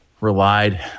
relied